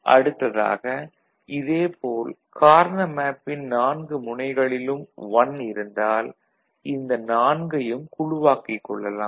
அடுத்ததாக இது போல் கார்னா மேப்பின்னை நான்கு முனைகளிலும் 1 இருந்தால் இந்த நான்கையும் குழுவாக்கிக் கொள்ளலாம்